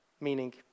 meaning